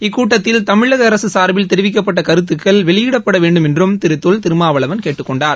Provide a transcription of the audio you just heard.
இக்கூட்டத்தில் தமிழக அரசு சார்பில் தெரிவிக்கப்பட்ட கருத்துக்கள் வெளியிடப்பட வேண்டும் என்றம் திரு தொல் திருமாவளவன் கேட்டுக் கொண்டார்